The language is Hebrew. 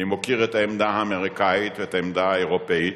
אני מוקיר את העמדה האמריקנית ואת העמדה האירופית.